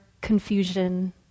confusion